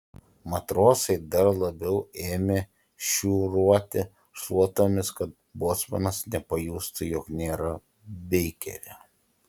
matrosai dar labiau ėmė šiūruoti šluotomis kad bocmanas nepajustų jog nėra beikerio